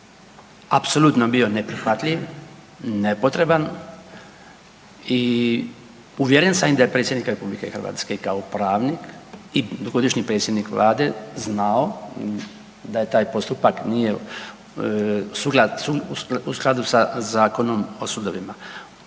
apsolutno bio neprihvatljiv, nepotreban i uvjeren sam da je i predsjednik RH kao pravnik i dugogodišnji predsjednik Vlade znao da je taj postupak nije u skladu sa Zakonom o sudovima.